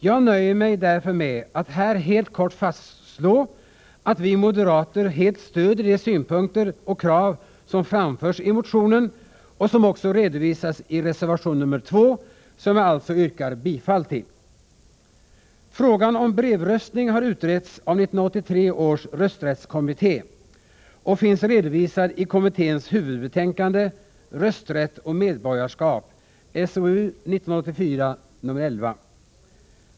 Jag nöjer mig därför med att här helt kort fastslå, att vi moderater helt stöder de synpunkter och krav som framförs i motionen och som också redovisas i reservation nr 2, som jag alltså yrkar bifall till. Frågan om brevröstning har utretts av 1983 års rösträttskommitté och finns redovisad i kommitténs huvudbetänkande Rösträtt och medborgarskap .